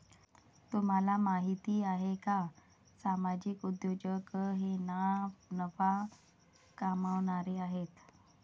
तुम्हाला माहिती आहे का सामाजिक उद्योजक हे ना नफा कमावणारे आहेत